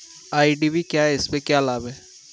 IDV क्या है इसमें क्या लाभ है?